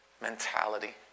mentality